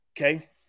Okay